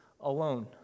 alone